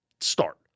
start